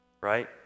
right